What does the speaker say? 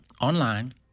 online